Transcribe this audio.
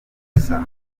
gusa